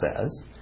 says